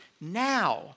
now